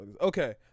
Okay